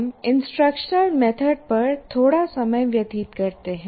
हम instructional method पर थोड़ा समय व्यतीत करते हैं